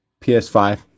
PS5